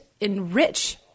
enrich